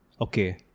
Okay